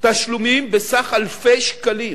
תשלומים בסך אלפי שקלים,